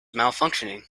malfunctioning